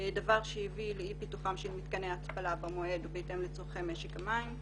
דבר שהביא לאי פיתוחם של מתקני התפלה במועד בהתאם לצורכי משק המים.